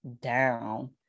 down